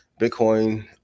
Bitcoin